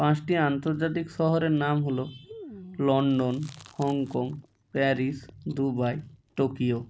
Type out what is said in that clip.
পাঁচটি আন্তর্জাতিক শহরের নাম হল London Hong Kong Paris Dubai Tokyo